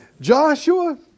Joshua